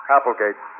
Applegate